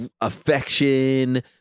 affection